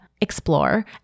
explore